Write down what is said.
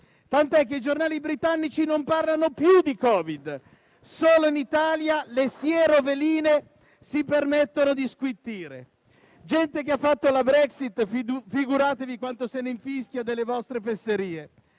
tanto che i giornali britannici non parlano più di Covid. Solo in Italia le siero veline si permettono di squittire. Gente che ha fatto la Brexit figuratevi quanto se ne infischia delle vostre fesserie.